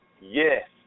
Yes